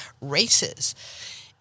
races